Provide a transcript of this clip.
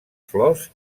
flors